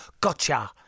Gotcha